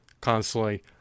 constantly